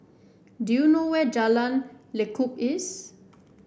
do you know where Jalan Lekub is